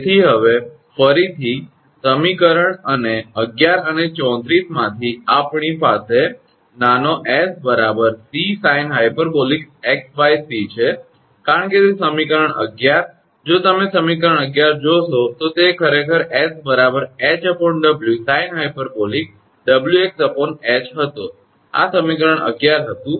તેથી હવે ફરીથી સમીકરણ અને 11 અને 34 માંથી આપણી પાસે નાનો 𝑠 𝑐sinh𝑥𝑐 છે કારણ કે તે સમીકરણ 11 જો તમે સમીકરણ 11 જોશો તો તે ખરેખર 𝑠 𝐻𝑊 sinh𝑊𝑥𝐻 હતો આ સમીકરણ 11 હતું